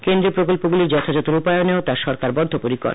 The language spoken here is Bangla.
কেন্দ্রীয় প্রকল্পগুলির যথাযথ রূপায়নেও তার সরকার বদ্ধপরিকর